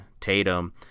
Tatum